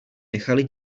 nechali